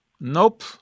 Nope